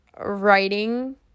writing